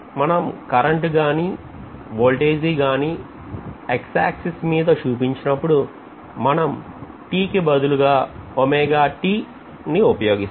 మనం కరెంట్ గాని వోల్టేజి గాని x axis మీద చూపించినప్పుడు మనం t కు బదులుగా ని ఉపయోగిస్తాం